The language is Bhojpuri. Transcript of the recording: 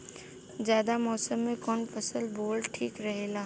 जायद मौसम में कउन फसल बोअल ठीक रहेला?